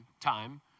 time